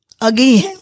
Again